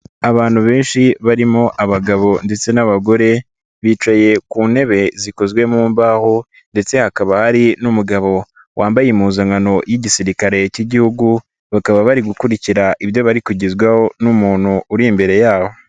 Abantu benshi barimo abagabo ndetse n'abagore bicaye ku ntebe zikozwe mu mbaho ndetse hakaba hari n'umugabo wambaye impuzankano y'Igisirikare cy'Igihugu bakaba bari gukurikira ibyo bari kugezwaho n'umuntu uri imbere yabo.